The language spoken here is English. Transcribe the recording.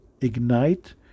ignite